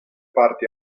parti